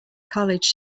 college